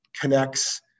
connects